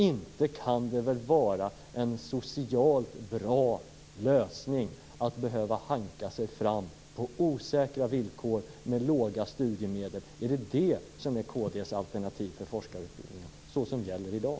Inte kan det väl vara en socialt bra lösning att behöva hanka sig fram på osäkra villkor med låga studiemedel, eller hur? Är detta det alternativ för forskarutbildningen som kd anser skall gälla i dag?